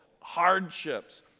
hardships